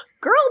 girl